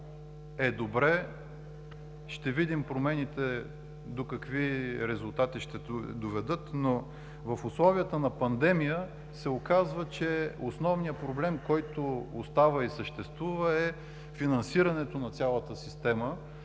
е добре, ще видим промените до какви резултати ще доведат, но в условията на пандемия се оказва, че основният проблем, който остава и съществува, е финансирането на цялата система